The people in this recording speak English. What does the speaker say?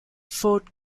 fort